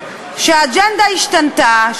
האג'נדה השתנתה,